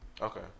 okay